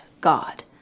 God